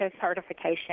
certification